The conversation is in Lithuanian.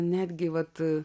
netgi vat